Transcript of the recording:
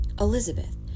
Elizabeth